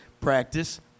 practice